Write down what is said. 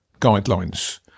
guidelines